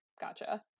gotcha